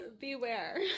Beware